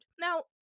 Now